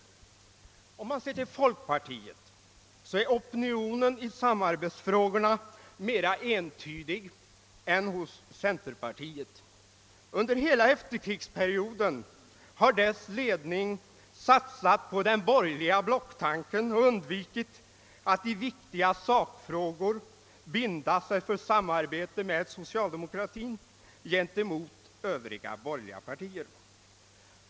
Om man sedan ser till folkpartiet, så är opinionen i samarbetsfrågorna mera entydig än i centerpartiet. Under hela efterkrigsperioden har folkpartiets ledning satsat på den borgerliga blocktanken och undvikit att i viktiga sakfrågor binda sig för samarbete med socialdemokratin gentemot övriga borgerliga partier.